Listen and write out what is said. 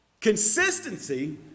Consistency